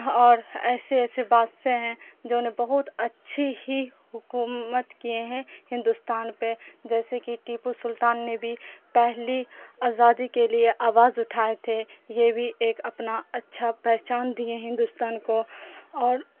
اور ایسے ایسے بادشاہ ہیں جو نے بہت اچھی ہی حکومت کیے ہیں ہندوستان پہ جیسے کہ ٹیپو سلطان نے بھی پہلی آزادی کے لیے آواز اٹھائے تھے یہ بھی ایک اپنا اچھا پہچان دیے ہندوستان کو اور